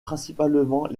principalement